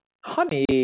Honey